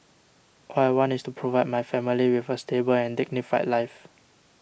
all I want is to provide my family with a stable and dignified life